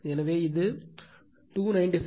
எனவே இது 297